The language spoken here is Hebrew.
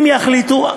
אם יחליטו,